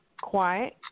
quiet